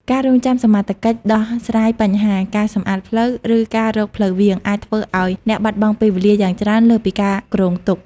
ការរង់ចាំសមត្ថកិច្ចដោះស្រាយបញ្ហា ការសម្អាតផ្លូវ ឬការរកផ្លូវវាង អាចធ្វើឱ្យអ្នកបាត់បង់ពេលវេលាយ៉ាងច្រើនលើសពីការគ្រោងទុក។